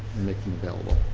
make them available.